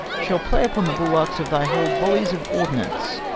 shall play upon the bulwarks of thy hold volleys of ordnance,